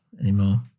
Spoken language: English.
anymore